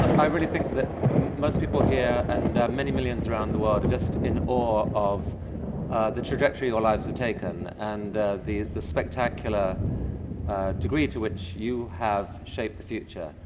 i really think that most people here and many millions around the world are just in awe of the trajectory your lives have taken and the the spectacular degree to which you have shaped the future.